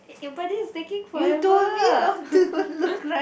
eh but this is taking forever